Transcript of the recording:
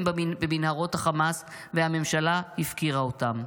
במנהרות החמאס והממשלה הפקירה אותם.